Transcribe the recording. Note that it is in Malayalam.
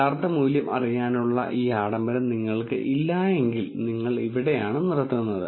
യഥാർത്ഥ മൂല്യം അറിയാനുള്ള ഈ ആഡംബരം നിങ്ങൾക്ക് ഇല്ലായെങ്കിൽ നിങ്ങൾ ഇവിടെയാണ് നിർത്തുന്നത്